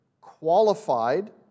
qualified